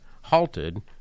halted